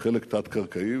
חלק תת-קרקעי,